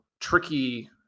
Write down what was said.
tricky